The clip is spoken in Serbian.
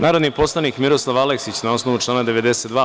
Narodni poslanik Miroslav Aleksić, na osnovu člana 92.